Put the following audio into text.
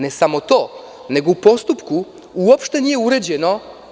Ne samo to, nego u postupku uopšte nije uređeno.